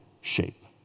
shape